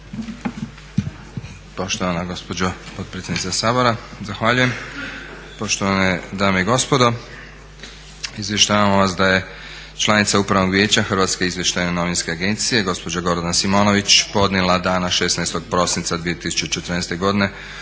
Poštovana gospođo potpredsjednice Sabora, zahvaljujem, poštovane dame i gospodo. Izvještavamo vas da je članica Upravnog vijeća Hrvatske izvještajno novinske agencije gospođa Gordana Simonović podnijela dana 16. prosinca 2014. godine